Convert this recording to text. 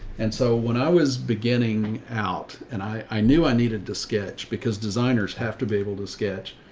and so when i was beginning out and i knew i needed to sketch because designers have to be able to sketch,